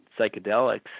psychedelics